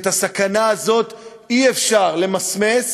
את הסכנה הזאת אי-אפשר למסמס,